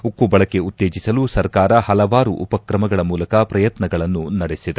ಉಕ್ಕು ಬಳಕೆ ಉತ್ತೇಜಿಸಲು ಸರ್ಕಾರ ಹಲವಾರು ಉಪಕ್ರಮಗಳ ಮೂಲಕ ಪ್ರಯತ್ನಗಳನ್ನು ನಡೆಸಿದೆ